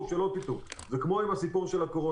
שלא תטעו: זה כמו עם הסיפור של הקורונה